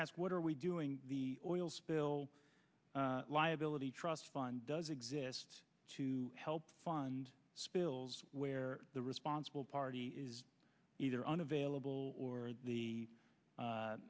ask what are we doing the oil spill liability trust fund does exist to help fund spills where the responsible party is either unavailable or the